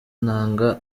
ntanga